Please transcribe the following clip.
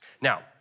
Now